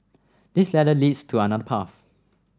this ladder leads to another path